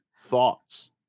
thoughts